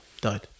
died